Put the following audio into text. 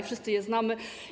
Wszyscy je znamy.